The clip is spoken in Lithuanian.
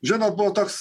žinot buvo toks